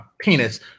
penis